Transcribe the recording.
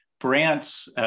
Brant's